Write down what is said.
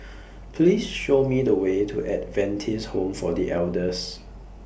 Please Show Me The Way to Adventist Home For The Elders